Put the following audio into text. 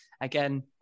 again